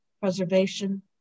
preservation